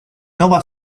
nova